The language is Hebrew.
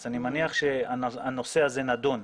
אז אני מניח שהנושא נדון.